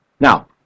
Now